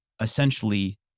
essentially